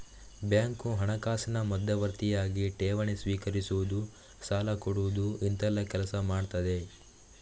bank ಹಣಕಾಸಿನ ಮಧ್ಯವರ್ತಿಯಾಗಿ ಠೇವಣಿ ಸ್ವೀಕರಿಸುದು, ಸಾಲ ಕೊಡುದು ಇಂತೆಲ್ಲ ಕೆಲಸ ಮಾಡ್ತದೆ